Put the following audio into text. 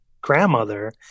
grandmother